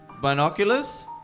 binoculars